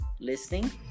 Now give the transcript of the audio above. listening